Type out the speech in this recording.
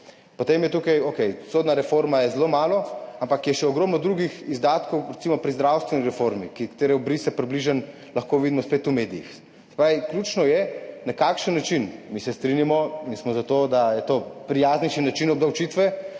Potem je tukaj, okej, sodna reforma je zelo malo, ampak je še ogromno drugih izdatkov, recimo pri zdravstveni reformi, katere obrise lahko spet približno vidimo v medijih. Se pravi, ključno je, na kakšen način, mi se strinjamo in smo za to, da je to prijaznejši način obdavčitve